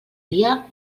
dia